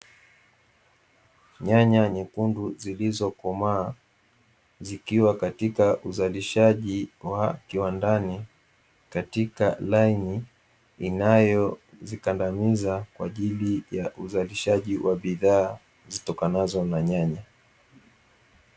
Nyanya nyekundu zilizo komaa, zikiwa katika uzalishaji wa kiwandani, katika laini inayozikandamiza kwaajili ya uzalishaji wa bidhaa zitokanao na nyanya.